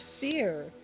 fear